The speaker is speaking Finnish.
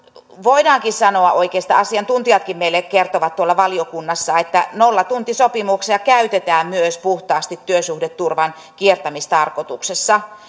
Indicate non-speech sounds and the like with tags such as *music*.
voidaankin oikeastaan sanoa asiantuntijatkin meille kertoivat tuolla valiokunnassa että nollatuntisopimuksia käytetään myös puhtaasti työsuhdeturvan kiertämistarkoituksessa *unintelligible*